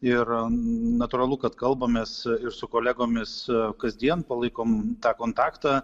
ir natūralu kad kalbamės ir su kolegomis kasdien palaikom tą kontaktą